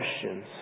questions